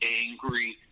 angry